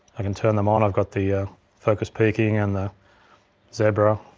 i can turn them on, i've got the focus peaking and the zebra.